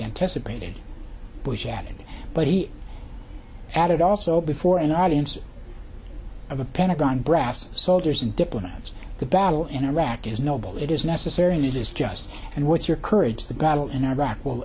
anticipated bush added but he added also before an audience of a pentagon brass soldiers and deployments the battle in iraq is noble it is necessary and it is just and what's your courage the battle in iraq will